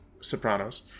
Sopranos